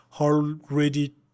already